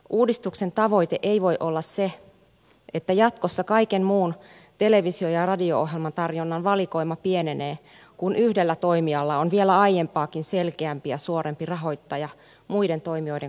uudistuksen tavoitteena ei voi olla se että jatkossa kaiken muun televisio ja radio ohjelmatarjonnan valikoima pienenee kun yhdellä toimijalla on vielä aiempaakin selkeämpi ja suorempi rahoittaja muiden toimijoiden kustannuksella